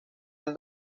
del